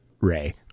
Ray